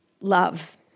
love